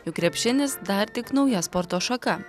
juk krepšinis dar tik nauja sporto šaka